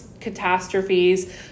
catastrophes